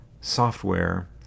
software